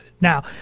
now